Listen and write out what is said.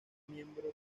miembro